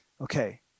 Okay